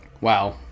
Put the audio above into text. Wow